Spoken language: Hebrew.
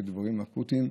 כדברים אקוטיים.